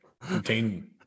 contain